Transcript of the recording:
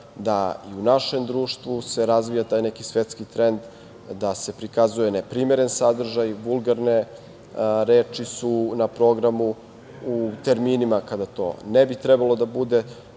da i u našem društvu se razvija taj neki svetski trend da se prikazuje neprimeren sadržaj, vulgarne reči su na programu u terminima kada to ne bi trebalo da bude,